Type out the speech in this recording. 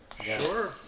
Sure